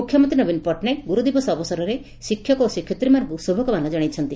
ମୁଖ୍ୟମନ୍ତୀ ନବୀନ ପଟଟନାୟକ ଗୁରୁଦିବସ ଅବସରରେ ଶିକ୍ଷକ ଓ ଶିକ୍ଷୟିତ୍ରୀମାନଙ୍କୁ ଶୁଭକାମନା ଜଣାଇଛନ୍ତି